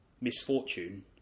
misfortune